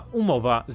umowa